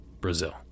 Brazil